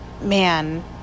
man